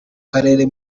karere